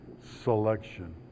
selection